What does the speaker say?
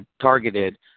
targeted